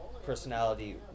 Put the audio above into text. personality